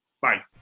Bye